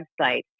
website